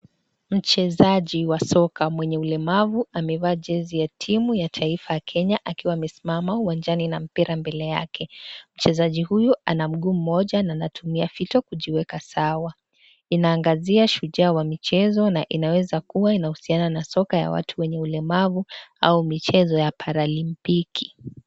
Mchezaji wa soka mwenye ulemavu amevaa jezi ya soka ya timu ya taifa Kenya akiwa amesimama uwanjani na mppira mbele yake , mchezaji huyu ana mguu mmoja na anatumia fito kujiweka sawa inaangazia shujaa wa michezo na inaweza kuwa inahusiana na soka ya watu walemavu au michezo ya paralimpiki.